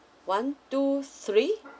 one two three